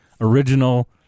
original